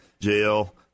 jail